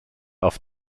auf